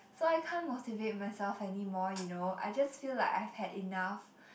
so I can't motivate myself anymore you know I just feel like I've had enough